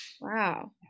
Wow